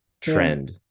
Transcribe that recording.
trend